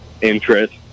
interest